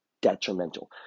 detrimental